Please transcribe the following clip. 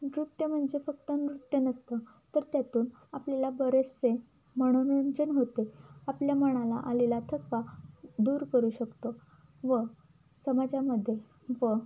नृत्य म्हणजे फक्त नृत्य नसतं तर त्यातून आपल्याला बरेचसे मनोरंजन होते आपल्या मनाला आलेला थकवा दूर करू शकतो व समाजामध्ये व